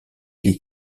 les